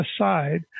aside